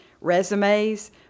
resumes